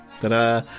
Ta-da